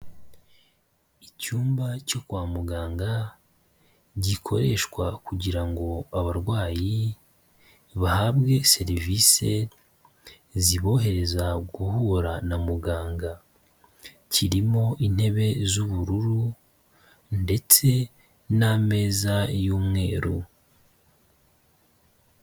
Icyumba cyo kwa muganga gikoreshwa kugira ngo abarwayi bahabwe serivisi zibohereza guhura na muganga. Kirimo intebe z'ubururu ndetse n'ameza y'umweru.